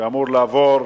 שאמור לעבור